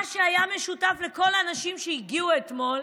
מה שהיה משותף לכל האנשים שהגיעו אתמול,